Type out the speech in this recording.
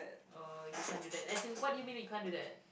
oh you can't do that as in what do you mean you can't do that